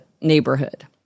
neighborhood